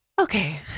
Okay